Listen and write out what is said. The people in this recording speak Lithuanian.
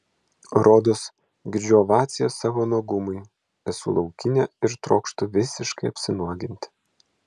rodos girdžiu ovacijas savo nuogumui esu laukinė ir trokštu visiškai apsinuoginti